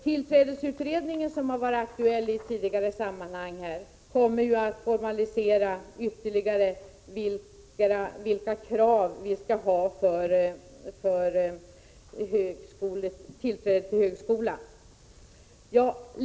Tillträdesutredningen, som varit aktuell i tidigare sammanhang, kommer att ytterliga re formalisera vilka krav vi skall ställa på tillträde till högskolan.